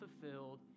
fulfilled